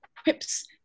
equips